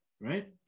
right